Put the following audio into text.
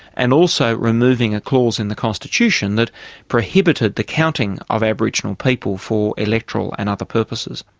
and also removing a clause in the constitution that prohibited the counting of aboriginal people for electoral and other purposes.